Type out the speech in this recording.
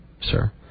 sir